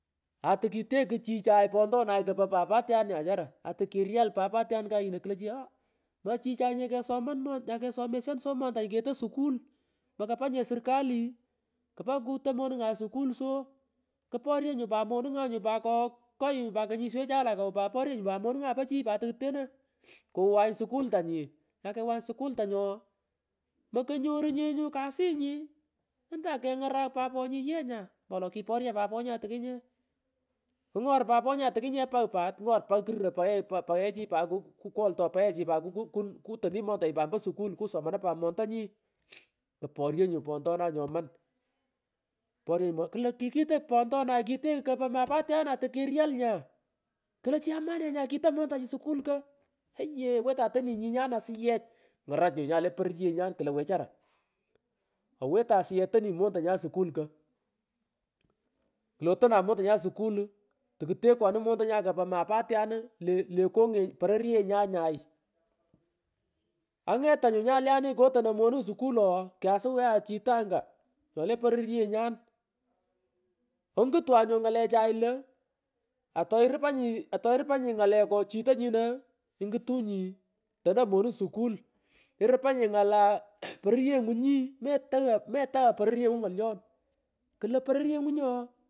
A tukitekyu chichay pontwnay kopo papatyan nya achara, atu kirgai papatyan kayinoi klo chi ooh chichay nye kesomon mon, nyakomeshon so montanyi keto skul, makapa nye sirkal. kpa kuto monungay sirkal so kuporyo nya pat monungay nyu pat kokay konyishejac lakow nyu pat monungay pochi tokuteno kuwany sukul tanyi, inyakweny sukul tongi oo mokonyorunyenyu kasinyi antan kengarach paponyi yee nya mpowolo kiporyo paponyi atakinye, kingor paponyi atakinye pang pat ngor pang kururey paghechi pat kwoltoy. paghechi pat kuto ni mondangi pat ompo sukul rusomonoy pat mondonyi kutotenga tunyon. koporyo nyu pondonay nyoman poryo nyu klo kikito pondonay kitekchi kopo papatyan atukiryai nya iklo chi amanne nya kito mondanyi sukul oyee owetan asuyech otoni mondanyan sukul ko klo otonan mondonyan sukul, tokute kwanu mondanyan kopa mapatyanu le le konge pororyenyan nyay angetanyu nyale ani kotonon monung sukul ooh kyasuweghan chitanga nyole pororyenyan ingalon ongutwan nyu ngalechay io aitorupanyi atoirupanyii ngaleko chito nyino ingutungi tono monung sukul irupangi ngala kuket ngala pororyenyan metagha pororyenyi ngolyon klo poroyenyi ooh.